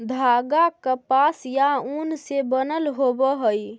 धागा कपास या ऊन से बनल होवऽ हई